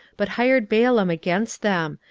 but hired balaam against them,